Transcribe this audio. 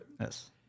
Yes